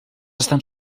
estan